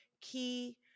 key